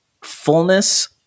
fullness